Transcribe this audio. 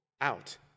out